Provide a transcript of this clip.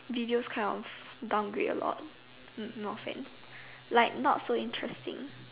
videos kind of downgrade a lot no offence like not so interesting